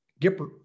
Gipper